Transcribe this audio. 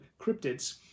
cryptids